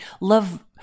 love